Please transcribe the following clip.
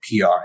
PR